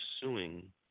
suing